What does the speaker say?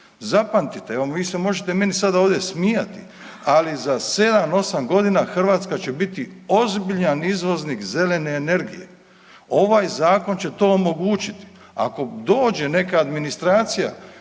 Zapamtite, evo, vi se možete meni sada ovdje smijati, ali za 7, 8 godina Hrvatska će biti ozbiljan izvoznik zelene energije. Ovaj Zakon će to omogućiti. Ako dođe neka administracija